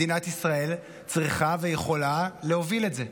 מדינת ישראל צריכה ויכולה להוביל את זה.